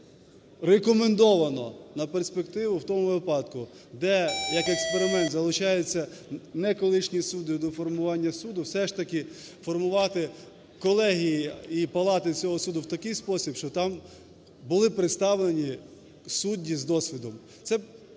що рекомендовано на перспективу в тому випадку, де, як експеримент, залучаються не колишні судді до формування суду, все ж таки формувати колегії і палати цього суду в такий спосіб, щоб там були представлені судді з досвідом.